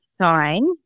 sign